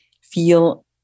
feel